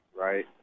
Right